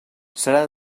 serà